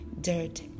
dirt